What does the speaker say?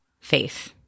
faith